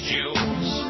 Jews